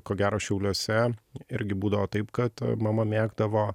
ko gero šiauliuose irgi būdavo taip kad mama mėgdavo